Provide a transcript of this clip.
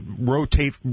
rotate